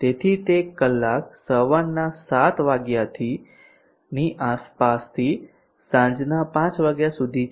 તેથી તે ક્યાંક સવારના 7 વાગ્યાની આસપાસ થી સાંજના 500 વાગ્યા સુધી છે